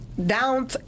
Down